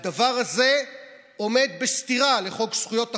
הדבר הזה עומד בסתירה לחוק זכויות החולה,